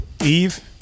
Eve